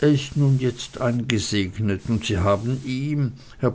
er ist nun jetzt eingesegnet und sie haben ihm herr